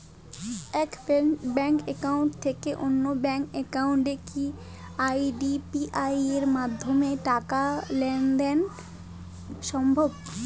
এক bank account থেকে অন্য ব্যাংক একাউন্টে কি ইউ.পি.আই মাধ্যমে টাকার লেনদেন দেন সম্ভব?